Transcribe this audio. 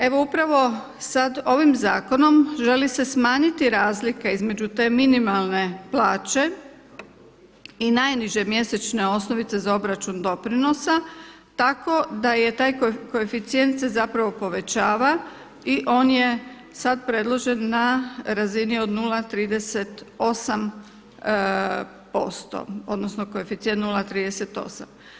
Evo upravo sada ovim zakonom želi se smanjiti razlika između te minimalne plaće i najniže mjesečne osnovice za obračun doprinosa tako da je taj koeficijent se zapravo povećava i on je sada predložen na razini od 0,38%, odnosno koeficijent 0,38.